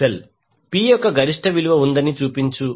P యొక్క విలువ గరిష్టంగా ఉందని చూపించు